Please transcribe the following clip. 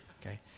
okay